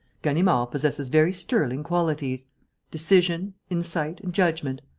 ganimard possesses very sterling qualities decision, insight and judgment.